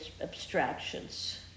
abstractions